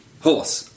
Horse